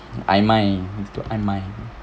I mind I mind